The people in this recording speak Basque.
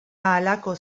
halako